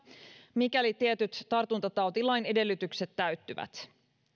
mikäli tietyt tartuntatautilain edellytykset täyttyvät